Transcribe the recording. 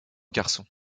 garçon